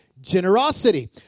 generosity